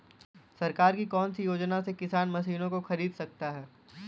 सरकार की कौन सी योजना से किसान मशीनों को खरीद सकता है?